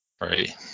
right